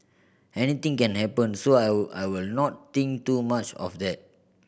anything can happen so I I will not think too much of that